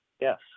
Yes